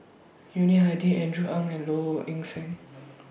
Yuni Hadi Andrew Ang and Low Ing Sing